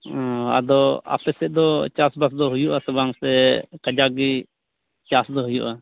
ᱚ ᱟᱫᱚ ᱟᱯᱮ ᱥᱮᱫ ᱫᱚ ᱪᱟᱥ ᱵᱟᱥ ᱫᱚ ᱦᱩᱭᱩᱜ ᱟᱥᱮ ᱵᱟᱝ ᱥᱮ ᱠᱟᱡᱟᱠ ᱜᱮ ᱪᱟᱥ ᱫᱚ ᱦᱩᱭᱩᱜᱼᱟ